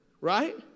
Right